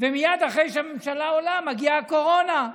ומייד אחרי שהממשלה עולה מגיעה הקורונה: